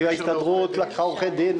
ההסתדרות לקחה עורכי דין.